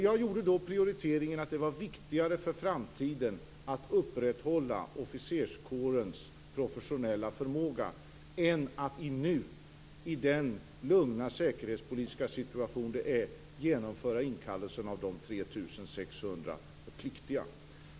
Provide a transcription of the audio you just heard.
Jag gjorde då prioriteringen att det var viktigare för framtiden att upprätthålla officerskårens professionella förmåga än att nu, i den lugna säkerhetspolitiska situation som vi befinner oss i, genomföra inkallelsen av de 3 600 pliktiga.